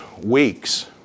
weeks